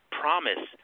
promise